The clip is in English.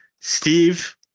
Steve